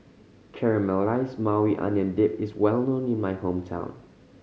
Caramelized Maui Onion Dip is well known in my hometown